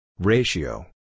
Ratio